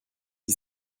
qui